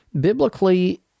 biblically